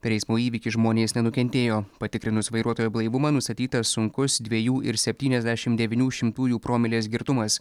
per eismo įvykį žmonės nenukentėjo patikrinus vairuotojo blaivumą nustatytas sunkus dviejų ir septyniasdešimt devynių šimtųjų promilės girtumas